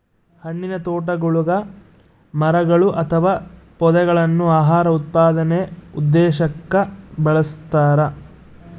ಹಣ್ಣಿನತೋಟಗುಳಗ ಮರಗಳು ಅಥವಾ ಪೊದೆಗಳನ್ನು ಆಹಾರ ಉತ್ಪಾದನೆ ಉದ್ದೇಶಕ್ಕ ಬೆಳಸ್ತರ